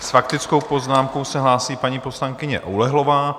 S faktickou poznámkou se hlásí paní poslankyně Oulehlová.